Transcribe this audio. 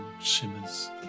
shimmers